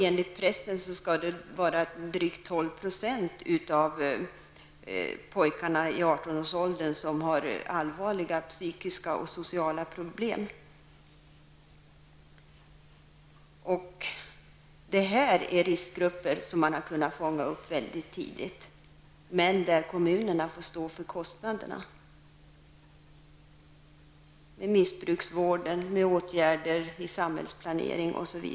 Enligt pressen har drygt 12 % av pojkarna i 18-årsåldern allvarliga psykiska och sociala problem. Det rör sig om personer i riskgrupper som man har kunnat fånga upp mycket tidigt. Men det är kommunerna som får stå för kostnaderna. Det gäller t.ex. missbruksvården och åtgärder i fråga om samhällsplaneringen.